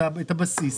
את הבסיס.